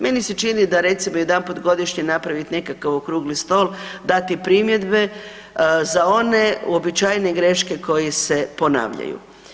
Meni se čini da recimo jedanput godišnje napravit nekakav okrugli stol, dati primjedbe za one uobičajene greške koje se ponavljaju.